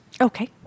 Okay